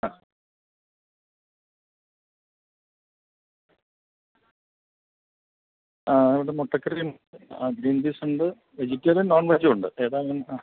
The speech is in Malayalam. ആ ആ ഇവിടെ മുട്ടക്കറിയും ആ ഗ്രീൻ പീസ് ഉണ്ട് വെജിറ്റേറിയൻ നോൺവെജും ഉണ്ട് ഏതാ വേണ്ടത് ആ